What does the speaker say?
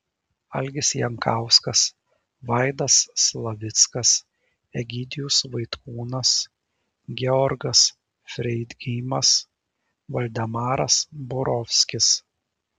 algis jankauskas vaidas slavickas egidijus vaitkūnas georgas freidgeimas valdemaras borovskis